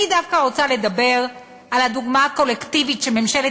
אני דווקא רוצה לדבר על הדוגמה הקולקטיבית שממשלת